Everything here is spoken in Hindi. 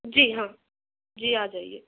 जी हाँ जी आ जाइए